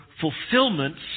fulfillments